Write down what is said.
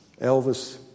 Elvis